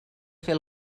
fer